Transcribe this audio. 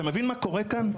אתה מבין מה קורה כאן?